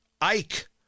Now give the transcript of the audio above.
Ike